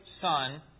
son